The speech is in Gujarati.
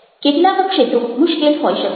કેટલાક ક્ષેત્રો મુશ્કેલ હોઈ શકે છે